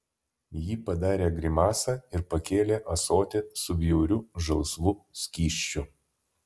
ji padarė grimasą ir pakėlė ąsotį su bjauriu žalsvu skysčiu